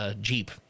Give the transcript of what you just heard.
jeep